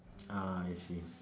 ah I see